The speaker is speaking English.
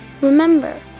Remember